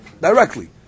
directly